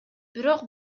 бирок